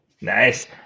Nice